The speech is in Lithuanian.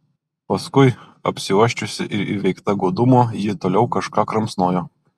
paskui apsiuosčiusi ir įveikta godumo ji toliau kažką kramsnojo